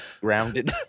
grounded